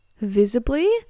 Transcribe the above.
visibly